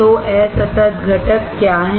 तो असतत घटक क्या हैं